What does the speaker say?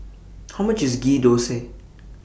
How much IS Ghee Thosai